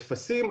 מטפסים,